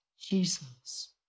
Jesus